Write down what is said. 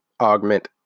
augment